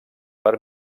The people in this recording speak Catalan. per